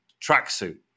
tracksuit